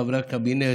חברי הקבינט,